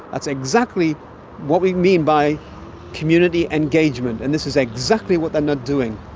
that's exactly what we mean by community engagement, and this is exactly what they're not doing.